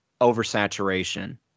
oversaturation